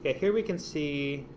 ah here we can see,